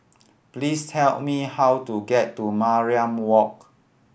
please tell me how to get to Mariam Walk